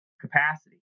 capacity